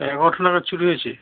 এগারোটা নাগাদ চুরি হয়েছে